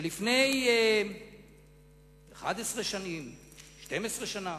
שלפני 11 או 12 שנה